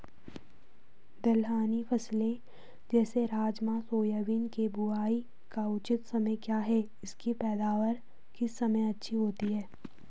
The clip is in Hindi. दलहनी फसलें जैसे राजमा सोयाबीन के बुआई का उचित समय क्या है इसकी पैदावार किस समय अच्छी होती है?